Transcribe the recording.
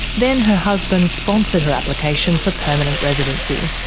then her husband sponsored her application for permanent residency.